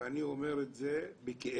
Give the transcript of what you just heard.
אני אומר את זה בכאב,